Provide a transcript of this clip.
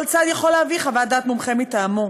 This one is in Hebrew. כל צד יכול להביא חוות דעת מומחה מטעמו,